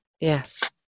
yes